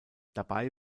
dabei